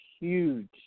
huge